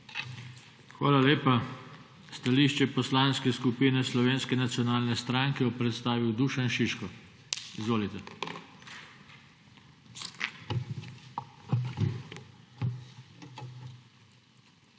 Hvala lepa. Stališče Poslanske skupine Slovenske nacionalne stranke bo predstavil Dušan Šiško. Izvolite. **DUŠAN